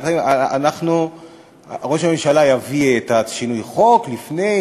אנחנו ראש הממשלה יביא את שינוי החוק לפני